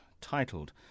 titled